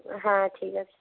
হ্যাঁ ঠিক আছে